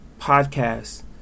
podcast